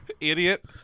idiot